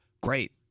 great